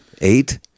eight